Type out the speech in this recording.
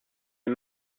les